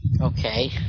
Okay